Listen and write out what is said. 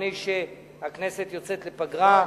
לפני שהכנסת יוצאת לפגרה.